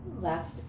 left